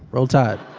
roll tide